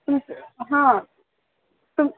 हां तुम